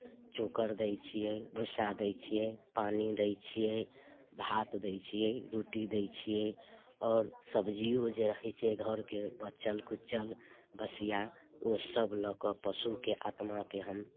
चोकर दै छियै भुस्सा दैत छियै पानि दैत छियै भात दैत छियै रोटी दैत छियै आओर सब्जियो जे रहैत छै घरके बचल खुचल बसिया ओसभ लऽ कऽ पशुके आत्माकेँ हम